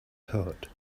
poet